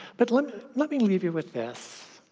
but let um let me leave you with this.